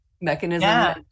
mechanism